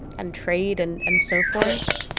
and trade and and so forth?